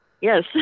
Yes